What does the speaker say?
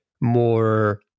more